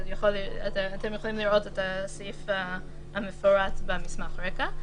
אתם יכולים לראות את הסעיף המפורט במסמך הרקע.